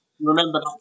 remember